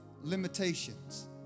limitations